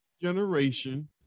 generation